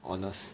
honest